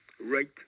right